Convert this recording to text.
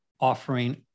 offering